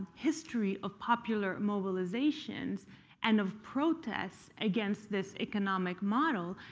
history of popular mobilizations and of protests against this economic model,